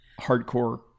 hardcore